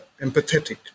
empathetic